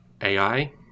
ai